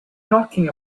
talking